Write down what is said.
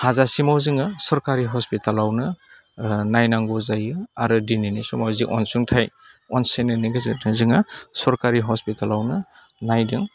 हाजासिमाव जोङो सरकारि हस्पिटालावनो नायनांगौ जायो आरो दिनैनि समाव जि अनसुंथाइ अनसायनायनि गेजेरजों जोङो सरकारि हस्पिटालावनो नायदों